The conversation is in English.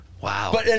Wow